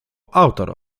autor